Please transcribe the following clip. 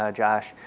ah josh,